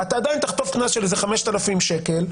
אתה עדיין תחטוף קנס של 5,000 שקל,